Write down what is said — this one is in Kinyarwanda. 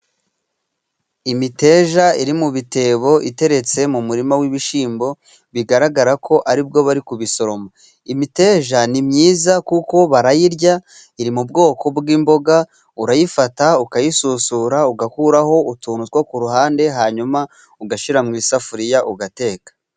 Imiteja iri mu bitebo iteretse mu murima w'ibishyimbo bigaragarako ari bwo bari kubisoroma. Imiteja ni myiza kuko barayirya iri mu bwoko bw'imboga, urayifata ukayisusura ugakuraho utuntu two ku ruhande, hanyuma ugashyira mu isafuriya ugateka.